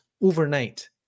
overnight